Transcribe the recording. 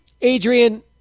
Adrian